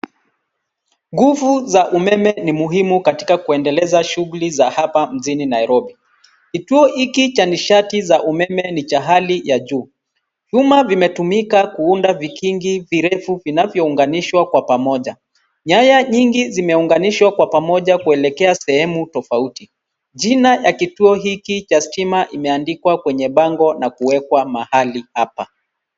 Nguvu za umeme ni muhimu katika kuendeleza shughuli za hapa mjini Nairobi. Kituo hiki cha nishati za umeme ni cha hali ya juu. Vyuma vimetumika kuunda vikingi virefu vinavyounganishwa kwa pamoja. Nyaya nyingi zimeunganishwa kwa pamoja kuelekea sehemu tofauti . Jina ya kituo hiki cha stima imeandikwa kwenye bango na kuwekwa mahali hapa.